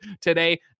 Today